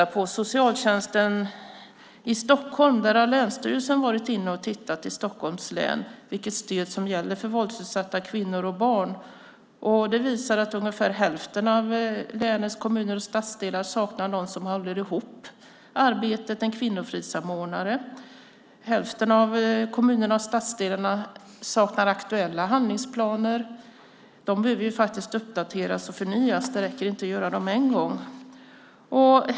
När det gäller socialtjänsten i Stockholm har länsstyrelsen varit inne och tittat i Stockholms län för att se vilket stöd som finns för våldsutsatta kvinnor och barn. Det visar sig att ungefär hälften av länets kommuner och stadsdelar saknar någon som håller ihop arbetet - en kvinnofridssamordnare. Hälften av kommunerna och stadsdelarna saknar aktuella handlingsplaner. De behöver faktiskt uppdateras och förnyas; det räcker inte att göra dem en gång.